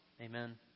Amen